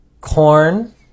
Corn